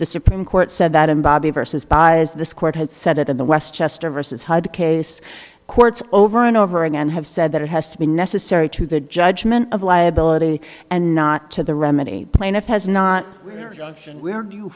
the supreme court said that in bobby vs buys this court had set it in the west chester versus hyde case courts over and over again have said that it has been necessary to the judgment of liability and not to the remedy plaintiff has not we ar